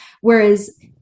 Whereas